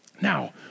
Now